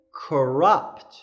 corrupt